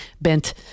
bent